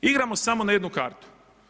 Igramo samo na jednu kartu.